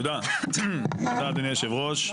תודה אדוני יושב הראש.